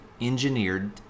engineered